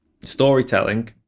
storytelling